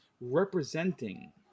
representing